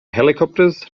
helicopters